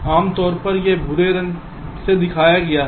आमतौर पर यह भूरे रंग में दिखाया गया है